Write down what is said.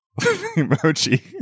emoji